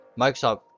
microsoft